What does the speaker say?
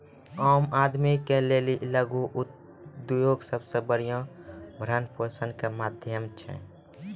आम आदमी के लेली लघु उद्योग सबसे बढ़िया भरण पोषण के माध्यम छै